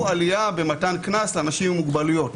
עלייה במתן קנס לאנשים עם מוגבלויות